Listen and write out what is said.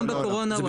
גם בקורונה.